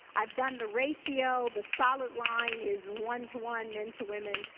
i've done the ratio, the solid line is one to one, men to women,